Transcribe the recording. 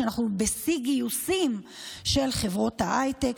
שאנחנו בשיא גיוסים של חברות ההייטק,